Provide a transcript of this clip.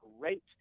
great